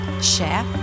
share